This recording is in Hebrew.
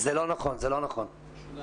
זה לא נכון, זה משודר